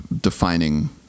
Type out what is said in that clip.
defining